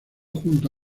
junto